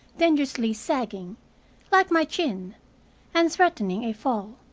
dangerously sagging like my chin and threatening a fall.